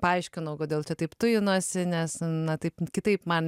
paaiškinau kodėl taip tujinuosi nes na taip kitaip man